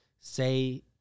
say